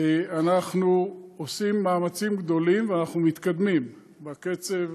אנחנו עושים מאמצים גדולים, ואנחנו מתקדמים בקצב